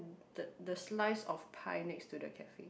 the the slice of pie next to the cafe